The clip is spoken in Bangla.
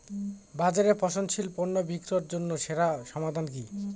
বাজারে পচনশীল পণ্য বিক্রির জন্য সেরা সমাধান কি?